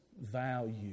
value